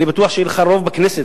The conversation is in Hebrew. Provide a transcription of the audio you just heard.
אני בטוח שיהיה לך רוב בכנסת,